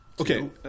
Okay